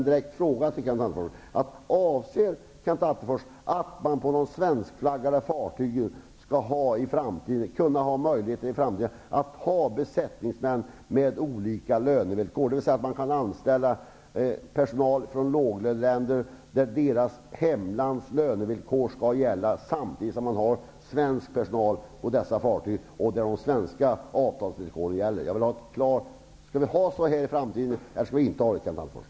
Avser Kenneth Attefors att man på de svenskflaggade fartygen i framtiden skall kunna ha möjligheter att ha besättningsmän med olika lönevillkor, dvs. att man skall kunna anställa personal från låglöneländer och att deras hemländers lönevillkor skall gälla, samtidigt som man har svensk personal med svenska avtalsvillkor på dessa fartyg? Jag vill ha ett klart svar på denna fråga. Skall vi ha det på detta sätt eller inte i framtiden, Kenneth Attefors?